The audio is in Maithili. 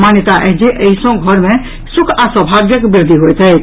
मान्यता अछि जे एहि सँ घर मे सुख आ सौभाग्यक वृद्धि होइत अछि